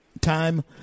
time